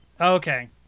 okay